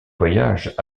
voyages